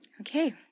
Okay